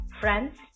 friends